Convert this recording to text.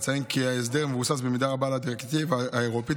אציין כי ההסדר מבוסס במידה רבה על הדירקטיבה האירופית,